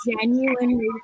genuinely